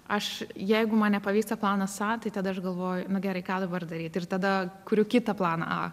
aš jeigu man nepavyksta planas a tai tada aš galvoju nu gerai ką dabar daryt ir tada kuriu kitą planą a